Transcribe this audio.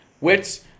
Wits